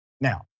Now